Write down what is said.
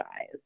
eyes